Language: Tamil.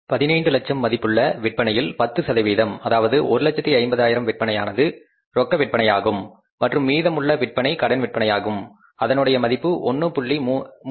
15 லட்சம் மதிப்புள்ள விற்பனையில் 10 அதாவது150000 விற்பனையானது ரொக்க விற்பனையாகும் மற்றும் மீதமுள்ள விற்பனை கடன் விற்பனையாகும் அதனுடைய மதிப்பு 1